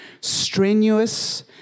strenuous